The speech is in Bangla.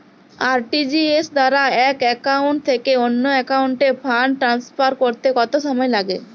আর.টি.জি.এস দ্বারা এক একাউন্ট থেকে অন্য একাউন্টে ফান্ড ট্রান্সফার করতে কত সময় লাগে?